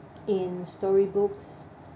in storybooks